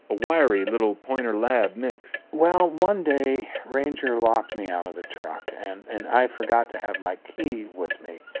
a wiry little pointer-lab mix. well, one day, ranger locked me out of the truck and and i forgot to have my key with me.